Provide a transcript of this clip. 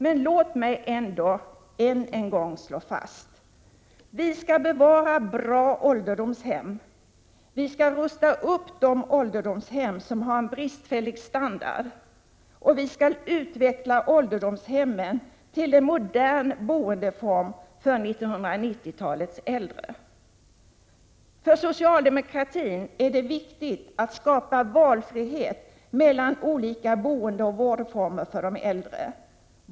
Men låt mig än en gång slå fast: Vi skall bevara bra'ålderdomshem. Vi skall rusta upp de ålderdomshem som har en bristfällig standard. Vi skall utveckla ålderdomshemmen till en modern boendeform för 1990-talets äldre. För socialdemokratin är det viktigt att skapa valfrihet mellan olika boendeoch vårdformer för de äldre.